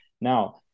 now